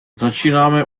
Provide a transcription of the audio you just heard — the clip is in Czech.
začínáme